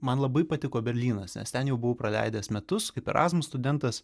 man labai patiko berlynas nes ten jau buvau praleidęs metus kaip erasmus studentas